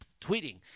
tweeting